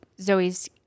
Zoe's